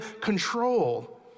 control